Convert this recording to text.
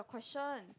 question